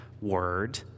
word